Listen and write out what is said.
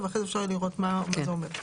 קטן (ד) ואחר כך אפשר לראות מה הוא אומר.